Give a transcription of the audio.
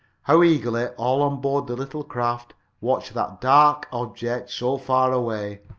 how eagerly all on board the little craft watched that dark object so far away!